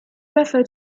refer